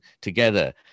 together